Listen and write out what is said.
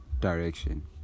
direction